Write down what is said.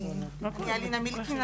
אני אלינה מילקין,